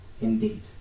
indeed